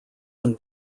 some